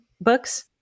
books